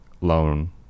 loan